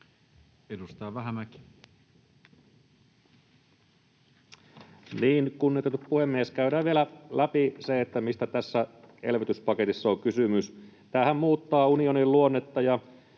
Content: Niin, kunnioitettu puhemies, käydään vielä läpi se, mistä tässä elvytyspaketissa on kysymys. Tämähän muuttaa unionin luonnetta